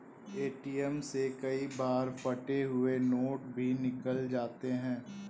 ATM से कई बार फटे हुए नोट भी निकल जाते हैं